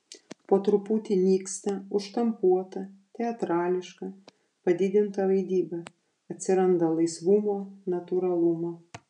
po truputį nyksta užštampuota teatrališka padidinta vaidyba atsiranda laisvumo natūralumo